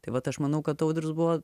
tai vat aš manau kad audrius buvo